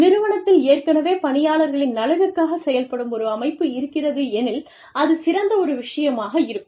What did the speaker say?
நிறுவனத்தில் ஏற்கனவே பணியாளர்களின் நலனுக்காகச் செயல்படும் ஒரு அமைப்பு இருக்கிறது எனில் அது சிறந்த ஒரு விஷயமாக இருக்கும்